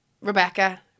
Rebecca